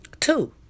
Two